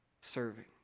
serving